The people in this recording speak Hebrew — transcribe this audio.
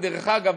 ודרך אגב,